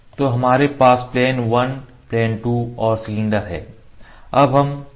तो हमारे पास प्लेन 1 प्लेन 2 और सिलेंडर है